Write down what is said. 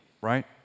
right